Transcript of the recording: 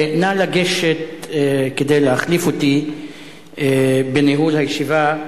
נא לגשת כדי להחליף אותי בניהול הישיבה.